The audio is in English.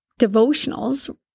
devotionals